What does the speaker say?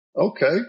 Okay